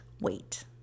wait